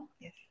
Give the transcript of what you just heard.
yes